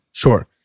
Sure